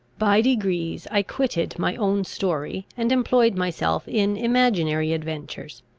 by degrees i quitted my own story, and employed myself in imaginary adventures.